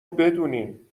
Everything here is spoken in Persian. بدونین